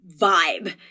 vibe